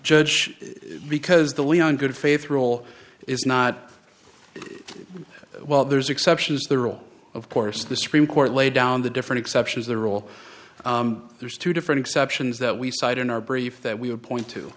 judge because the leon good faith rule is not well there's exceptions to the rule of course the supreme court laid down the different exceptions the rule there's two different exceptions that we cite in our brief that we would point